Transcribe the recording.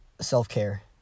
self-care